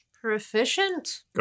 proficient